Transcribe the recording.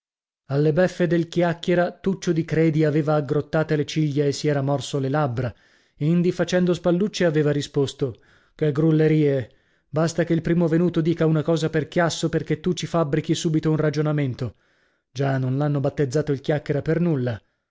alle beffe dal chiacchiera tuccio di credi aveva aggrottate le ciglia e si era morso le labbra indi facendo spallucce aveva risposto che grullerie basta che il primo venuto dica una cosa per chiasso perchè tu ci fabbrichi subito un ragionamento già non l'hanno battezzato il chiacchiera per nulla